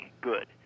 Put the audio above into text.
good